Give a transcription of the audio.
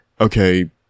okay